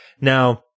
Now